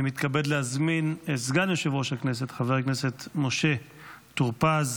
אני מתכבד להזמין את סגן יושב-ראש הכנסת חבר הכנסת משה טור פז